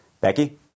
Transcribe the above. Becky